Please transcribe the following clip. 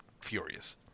furious